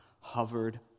hovered